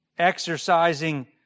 exercising